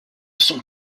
son